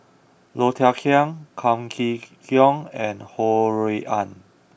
Low Thia Khiang Kam Kee Yong and Ho Rui An